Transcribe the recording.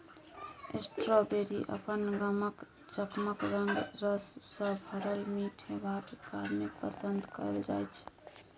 strawberry अपन गमक, चकमक रंग, रस सँ भरल मीठ हेबाक कारणेँ पसंद कएल जाइ छै